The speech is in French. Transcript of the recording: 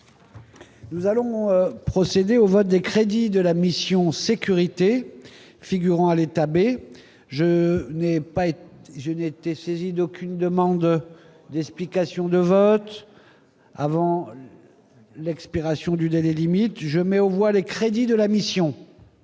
Nous allons procéder au vote des crédits de la mission sécurité figurant à l'État B. je n'ai pas été jeudi était saisi d'aucune demande d'explication de vote avant l'expiration du délai limite du jeu mais au mois les crédits de la mission